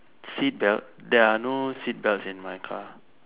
seatbelt there are no seatbelts in my car